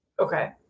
Okay